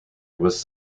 was